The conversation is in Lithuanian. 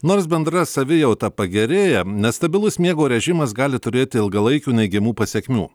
nors bendra savijauta pagerėja nestabilus miego režimas gali turėti ilgalaikių neigiamų pasekmių